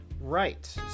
Right